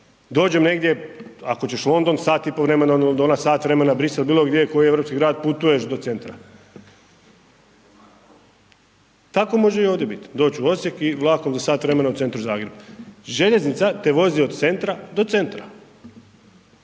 dođem negdje, ako ćeš London, sat i po vremena od Londona, sat vremena Brisel, bilo gdje, u koji europski grad putuješ do centra. Tako može i ovdje bit, doći u Osijek i vlakom za sat vremena u centru Zagreba. Željeznica te vozi od centra do centra,